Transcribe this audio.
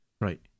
Right